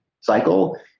cycle